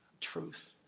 truth